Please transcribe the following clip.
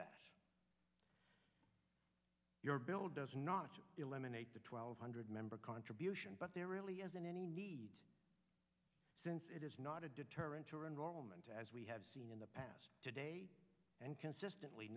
that your bill does not eliminate the twelve hundred member but there really isn't any need since it is not a deterrent or enrollment as we have seen in the past today and consistently